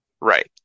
Right